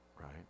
right